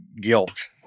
guilt